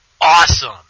awesome